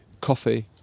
coffee